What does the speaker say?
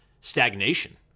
stagnation